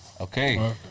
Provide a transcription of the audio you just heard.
Okay